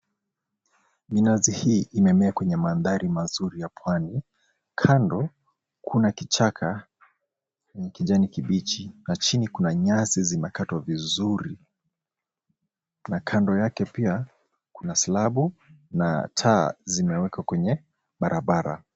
Minazi hii imemea kwenye mandhari mazuri ya pwani. Kando kuna kichaka ya kijani kibichi na chini kuna nyasi zimekatwa vizuri, na kando yake pia kuna slabu na taa zimewekwa kwenye barabara.